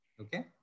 okay